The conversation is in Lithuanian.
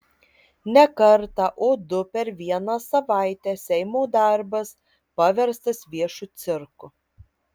ne kartą o du per vieną savaitę seimo darbas paverstas viešu cirku